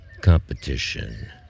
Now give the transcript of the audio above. Competition